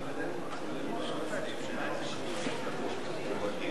השרים, חברי חברי